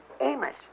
Amos